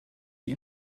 die